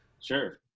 Sure